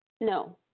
No